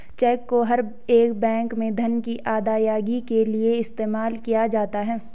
check को हर एक बैंक में धन की अदायगी के लिये इस्तेमाल किया जाता है